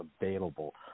available